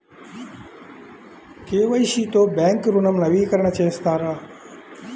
KYC తో bank ఋణం నవీకరణ చేస్తారా?